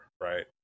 right